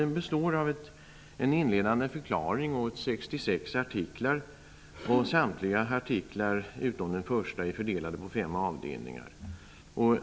Den består av en inledande förklaring och 66 artiklar. Samtliga artiklar utom den första är fördelade på fem avdelningar.